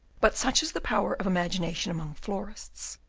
but such is the power of imagination among florists,